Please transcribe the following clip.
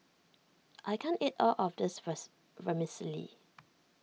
I can't eat all of this verse Vermicelli